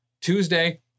Tuesday